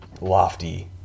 lofty